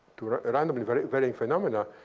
randomly varying varying phenomena,